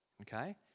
Okay